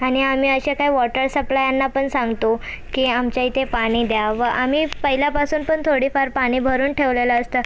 आणि आम्ही अशा काही वॉटर सप्लायांना पण सांगतो की आमच्या इथे पाणी द्या व आम्ही पहिल्यापासून पण थोडी फार पाणी भरून ठेवलेलं असतं